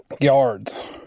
yards